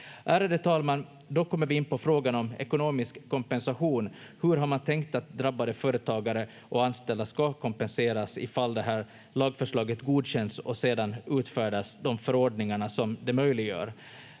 Ärade talman! Då kommer vi in på frågan om ekonomisk kompensation. Hur har man tänkt att drabbade företagare och anställda ska kompenseras ifall det här lagförslaget godkänns och sedan utfärda de förordningarna som det möjliggör?